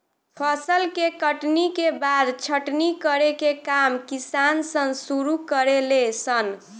फसल के कटनी के बाद छटनी करे के काम किसान सन शुरू करे ले सन